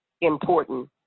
important